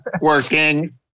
working